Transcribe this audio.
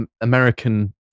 american